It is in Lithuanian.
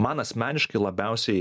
man asmeniškai labiausiai